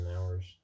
hours